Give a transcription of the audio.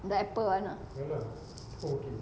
the apple one ah